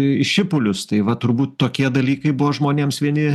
į į šipulius tai va turbūt tokie dalykai buvo žmonėms vieni